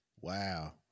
Wow